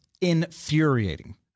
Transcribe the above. infuriating